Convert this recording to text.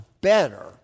better